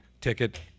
ticket